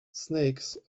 snakes